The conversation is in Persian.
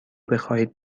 بخواهید